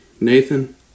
Nathan